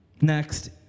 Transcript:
Next